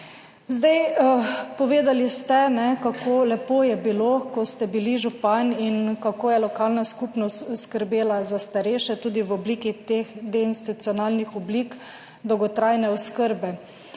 Zdaj povedali ste kako lepo je bilo, ko ste bili župan in kako je lokalna skupnost skrbela za starejše tudi v obliki teh deinstitucionalnih oblik dolgotrajne oskrbe,